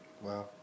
wow